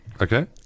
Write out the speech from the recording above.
Okay